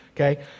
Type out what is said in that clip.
okay